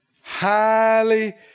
Highly